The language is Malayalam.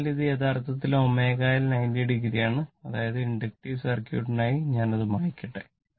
അതിനാൽ ഇത് യഥാർത്ഥത്തിൽ ω L 90o ആണ് അതായത് ഇൻഡക്റ്റീവ് സർക്യൂട്ടിനായി ഞാൻ അത് മായ്ക്കട്ടെ